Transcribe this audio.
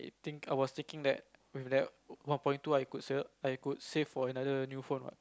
think I was thinking that with that one point two I could save up I could save for another new phone what